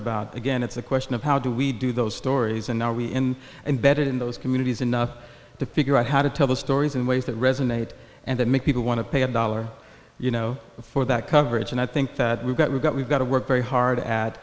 about again it's a question of how do we do those stories and now we in and bedded in those communities enough to figure out how to tell the stories in ways that resonate and that make people want to pay a dollar you know for that coverage and i think that we've got we've got we've got to work very hard